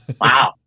Wow